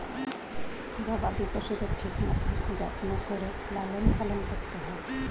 গবাদি পশুদের ঠিক মতন যত্ন করে লালন পালন করতে হয়